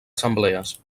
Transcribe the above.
assemblees